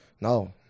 No